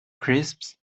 crisps